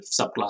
subclass